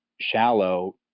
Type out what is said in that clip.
shallow